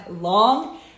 long